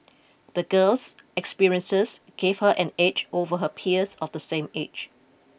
the girl's experiences gave her an edge over her peers of the same age